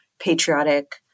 patriotic